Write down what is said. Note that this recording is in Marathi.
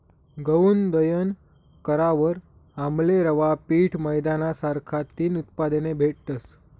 गऊनं दयन करावर आमले रवा, पीठ, मैदाना सारखा तीन उत्पादने भेटतस